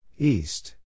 East